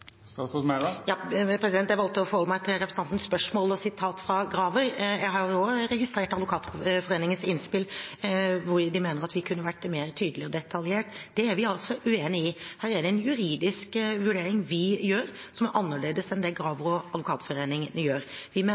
Jeg valgte å forholde meg til representantens spørsmål og sitat fra Graver. Jeg har også registrert Advokatforeningens innspill, hvor de mener at vi kunne vært tydeligere og mer detaljert. Det er vi uenig i. Her er det en juridisk vurdering vi gjør som er annerledes enn den Graver og Advokatforeningen gjør. Vi mener